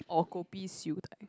or kopi siew dai